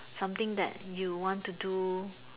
something that you want to do